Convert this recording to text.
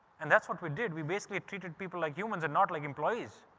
and that's what we did. we basically treated people like humans are not like employees.